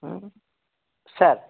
ହୁଁ ସାର୍